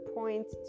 point